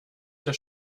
der